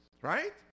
right